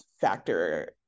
factor